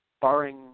barring